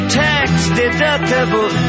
tax-deductible